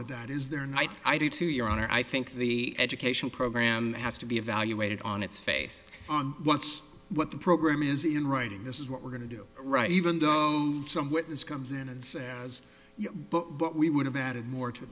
with that is there night i do to your honor i think the education program has to be evaluated on its face on what's what the program is you writing this is what we're going to do right even though some witness comes in and has books but we would have added more to